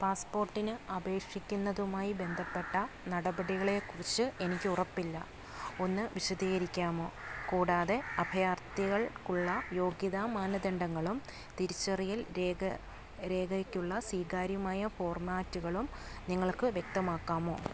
പാസ്പോർട്ടിന് അപേക്ഷിക്കുന്നതുമായി ബന്ധപ്പെട്ട നടപടികളെക്കുറിച്ച് എനിക്ക് ഉറപ്പില്ല ഒന്ന് വിശദീകരിക്കാമോ കൂടാതെ അഭയാർഥികൾക്കുള്ള യോഗ്യതാ മാനദണ്ഡങ്ങളും തിരിച്ചറിയൽ രേഖ രേഖയ്ക്കുള്ള സ്വീകാര്യമായ ഫോർമാറ്റുകളും നിങ്ങൾക്ക് വ്യക്തമാക്കാമോ